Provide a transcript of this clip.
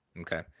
Okay